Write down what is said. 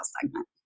segment